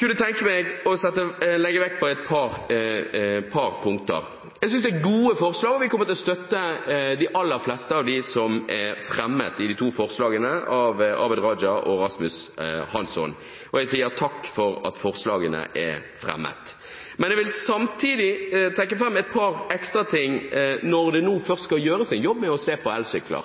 vil legge vekt på et par punkter. Jeg synes det er gode forslag, og vi kommer til å støtte de aller fleste av de forslagene som er fremmet av Abid Q. Raja og Rasmus Hansson, og jeg sier takk for at forslagene er fremmet. Men jeg vil samtidig trekke fram et par ekstra ting, når det nå først skal gjøres en jobb med å se på